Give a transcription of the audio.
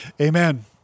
amen